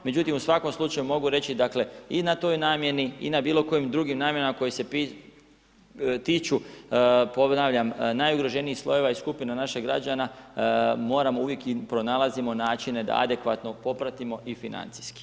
Međutim, u svakom slučaju mogu reći, dakle, i na toj namjeni i na bilo kojim drugim namjenama koji se tiču, ponavljam najugroženijih slojeva i skupina naših građana, moramo uvijek i pronalazimo načine, da adekvatno popratimo i financijski.